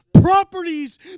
properties